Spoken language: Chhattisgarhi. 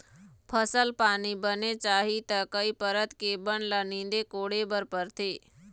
फसल पानी बने चाही त कई परत के बन ल नींदे कोड़े बर परथे